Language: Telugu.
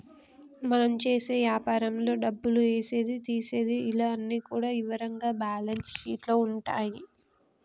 మనం చేసే యాపారంలో డబ్బులు ఏసేది తీసేది ఇలా అన్ని కూడా ఇవరంగా బ్యేలన్స్ షీట్ లో ఉంటాయి